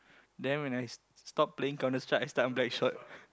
then when I stop stopped playing Counterstrike I start on Blackshot